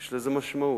ויש לזה משמעות.